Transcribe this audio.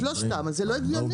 שלושתן אז זה לא הגיוני.